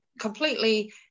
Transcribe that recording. completely